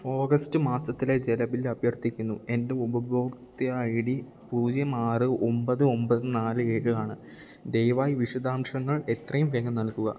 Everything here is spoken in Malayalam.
ഓഗസ്റ്റ് മാസത്തിലെ ജല ബില്ല് അഭ്യർത്ഥിക്കുന്നു എൻ്റെ ഉപഭോക്തൃ ഐ ഡി പൂജ്യം ആറ് ഒമ്പത് ഒമ്പത് നാല് ഏഴ് ആണ് ദയവായി വിശദാംശങ്ങൾ എത്രയും വേഗം നൽകുക